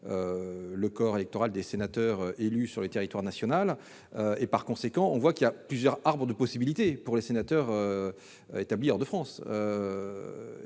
le corps électoral des sénateurs élus sur le territoire national. Il y a donc plusieurs arbres de possibilités pour les sénateurs établis hors de France.